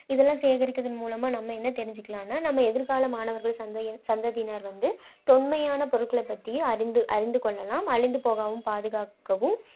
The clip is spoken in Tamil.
இதெல்லாம் சேகரிப்பதன் மூலமாக நம்ம என்ன தெரிஞ்சுக்கலான்னா நம்ம எதிர்கால மாணவர்கள் சந்ததியினர் வந்து தொன்மையான பொருட்களை பற்றியும் அறிந்து அறிந்துக்கொள்ளலாம் அழிந்து போகாமல் பாதுகாக்கவும்